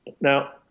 Now